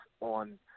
on